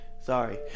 Sorry